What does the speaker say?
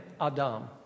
Adam